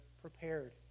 prepared